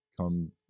come